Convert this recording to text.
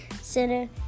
center